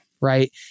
right